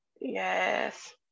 Yes